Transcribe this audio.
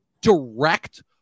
direct